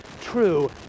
true